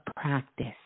practice